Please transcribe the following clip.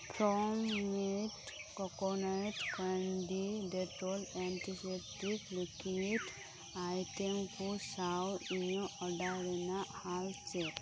form mid coconut candy Dettol antiseptic liquid item ᱠᱚ ᱥᱟᱶ ᱤᱧᱟᱹᱜ ᱚᱰᱟᱨ ᱨᱮᱱᱟᱜ ᱦᱟᱞ ᱪᱮᱫ